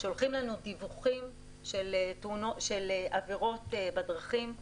שולחים לנו דיווחים של עבירות בדרכים,